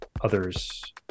others